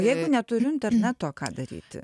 o jeigu neturiu interneto ką daryti